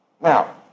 Now